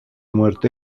muerte